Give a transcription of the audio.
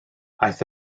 aeth